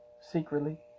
secretly